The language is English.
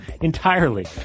entirely